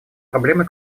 проблемы